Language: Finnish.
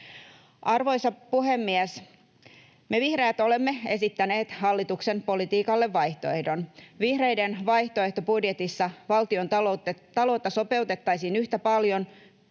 Arvoisa puhemies! Me vihreät olemme esittäneet hallituksen politiikalle vaihtoehdon. Vihreiden vaihtoehtobudjetissa valtiontaloutta sopeutettaisiin yhtä paljon